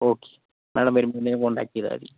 okay madam വരും മുന്നേ contact ചെയ്താൽ മതി